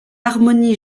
harmonie